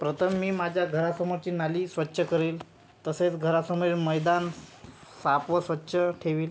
प्रथम मी माझ्या घरासमोरची नाली स्वच्छ करेल तसेच घरासमोरील मैदान साफ व स्वच्छ ठेवील